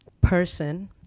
person